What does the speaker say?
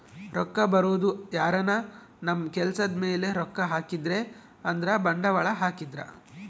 ರೊಕ್ಕ ಬರೋದು ಯಾರನ ನಮ್ ಕೆಲ್ಸದ್ ಮೇಲೆ ರೊಕ್ಕ ಹಾಕಿದ್ರೆ ಅಂದ್ರ ಬಂಡವಾಳ ಹಾಕಿದ್ರ